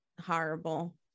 Horrible